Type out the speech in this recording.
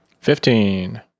Fifteen